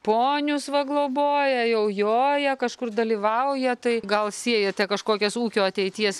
ponius va globoja jau joja kažkur dalyvauja tai gal siejate kažkokias ūkio ateities